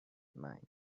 mind